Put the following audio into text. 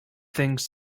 things